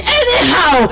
anyhow